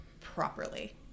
properly